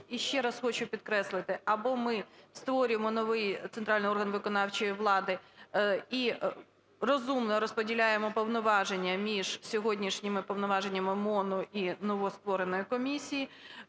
І ще раз хочу підкреслити. Або ми створюємо новий центральний орган виконавчої влади і розумно розподіляємо повноваження між сьогоднішніми повноваженнями МОНу і новоствореної комісії,